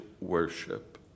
worship